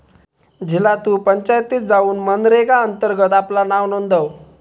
झिला तु पंचायतीत जाउन मनरेगा अंतर्गत आपला नाव नोंदव